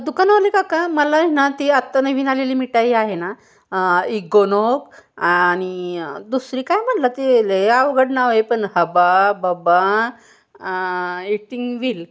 दुकानवाले काका मला आहे ना ती आत्ता नवीन आलेली मिठाई आहे ना इगोनोग आणि दुसरी काय म्हणाला ते लय अवघड नाव आहे पण हबाबबा एटिंग विल